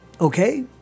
Okay